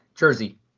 Jersey